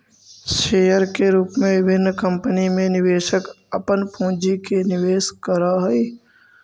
share के रूप में विभिन्न कंपनी में निवेशक अपन पूंजी के निवेश करऽ हइ